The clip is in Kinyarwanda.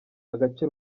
agace